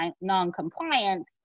non-compliant